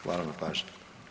Hvala na pažnji.